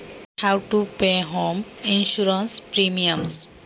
घरबसल्या विम्याचे हफ्ते कसे भरू शकतो?